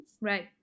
Right